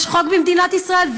יש חוק במדינת ישראל,